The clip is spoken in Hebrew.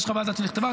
יש חוות דעת שנכתבה,